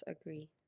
agree